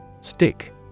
Stick